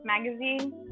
magazine